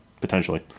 potentially